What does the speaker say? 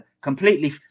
completely